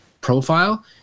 profile